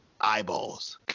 eyeballs